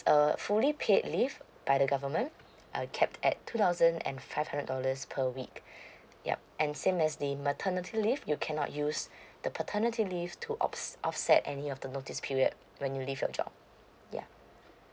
uh the fully paid leave by the government I kept at two thousand and five hundred dollars per week yup and same as they maternity leave you cannot use the paternity leave to of~ offset any of the notice period when you leave your job yeah